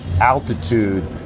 altitude